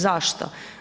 Zašto?